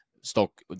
stock